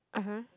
(uh huh)